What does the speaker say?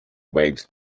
waves